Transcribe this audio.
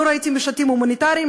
לא ראיתי משטים הומניטריים,